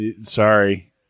Sorry